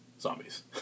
Zombies